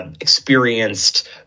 Experienced